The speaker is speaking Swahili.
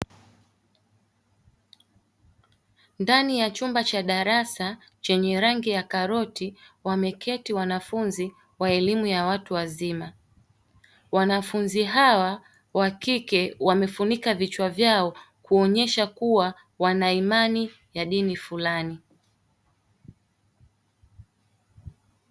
Ndani ya chumba cha darasa chenye rangi ya karoti, wameketi wanafunzi wa elimu ya watu wazima. Wanafunzi hawa wa kike, wamefunika vichwa vyao, kuonyesha kuwa wana imani ya dini fulani.